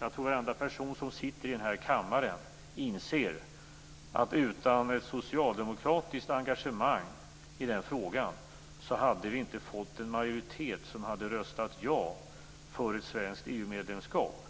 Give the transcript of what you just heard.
Jag tror att alla i denna kammare inser att utan ett socialdemokratiskt engagemang i den frågan skulle vi inte ha fått en majoritet som röstade ja för ett svenskt EU-medlemskap.